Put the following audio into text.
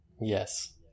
Yes